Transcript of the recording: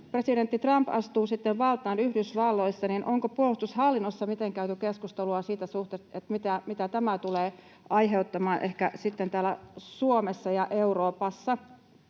presidentti Trump astuu valtaan Yhdysvalloissa, niin onko puolustushallinnossa käyty keskustelua siitä, mitä tämä tulee ehkä aiheuttamaan sitten täällä Suomessa ja Euroopassa?